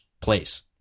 place